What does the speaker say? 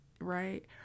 right